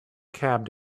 cab